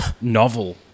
novel